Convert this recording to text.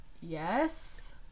yes